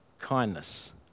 kindness